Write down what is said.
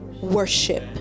worship